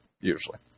usually